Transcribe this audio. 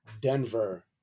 Denver